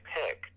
pick